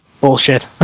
bullshit